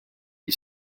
you